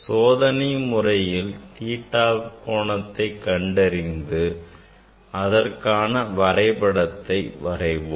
சோதனை முறையில் theta கோணத்தை கண்டறிந்து அதற்கான வரைபடத்தை வரைவோம்